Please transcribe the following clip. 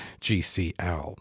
GCL